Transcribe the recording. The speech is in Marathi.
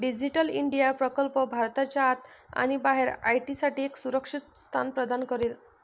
डिजिटल इंडिया प्रकल्प भारताच्या आत आणि बाहेर आय.टी साठी एक सुरक्षित स्थान प्रदान करेल